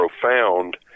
profound